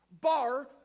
Bar